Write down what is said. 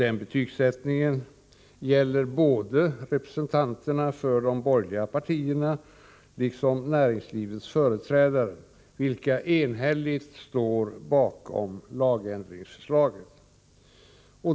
Men betygsättningen gäller både representanterna för de borgerliga partierna och näringslivets företrädare, vilka enhälligt står bakom lagändringsförslaget.